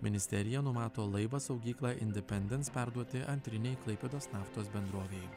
ministerija numato laivą saugyklą independent perduoti antrinei klaipėdos naftos bendrovei